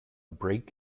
break